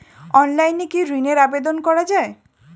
অনলাইনে কি ঋনের আবেদন করা যায়?